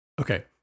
Okay